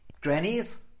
grannies